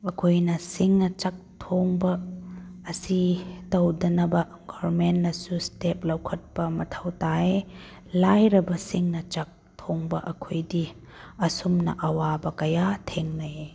ꯑꯩꯈꯣꯏꯅ ꯁꯤꯡꯅ ꯆꯥꯛ ꯊꯣꯡꯕ ꯑꯁꯤ ꯇꯧꯗꯅꯕ ꯒꯣꯕꯔꯃꯦꯟꯅꯁꯨ ꯏꯁꯇꯦꯞ ꯂꯧꯈꯠꯄ ꯃꯊꯧ ꯇꯥꯏ ꯂꯥꯏꯔꯕꯁꯤꯡꯅ ꯆꯥꯛ ꯊꯣꯡꯕ ꯑꯩꯈꯣꯏꯗꯤ ꯑꯁꯨꯝꯅ ꯑꯋꯥꯕ ꯀꯌꯥ ꯊꯦꯡꯅꯩꯌꯦ